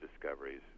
discoveries